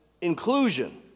inclusion